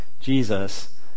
Jesus